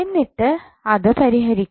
എന്നിട്ട് അത് പരിഹരിക്കാം